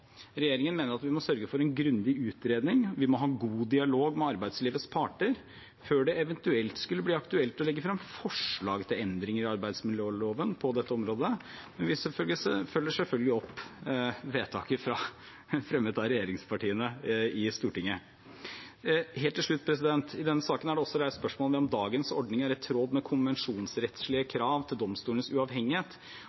Regjeringen mener at vi må sørge for en grundig utredning – vi må ha en god dialog med arbeidslivets parter – før det eventuelt skulle bli aktuelt å legge frem forslag til endringer i arbeidsmiljøloven på dette området, men vi følger selvfølgelig opp vedtaket fremmet av regjeringspartiene i Stortinget. Helt til slutt: I denne saken er det også reist spørsmål om dagens ordning er i tråd med konvensjonsrettslige